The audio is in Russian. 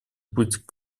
путь